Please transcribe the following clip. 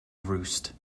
roost